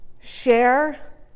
Share